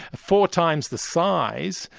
four times the size,